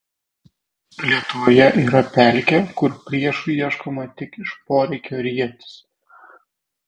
lietuvoje yra pelkė kur priešų ieškoma tik iš poreikio rietis